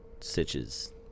stitches